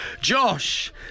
Josh